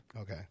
Okay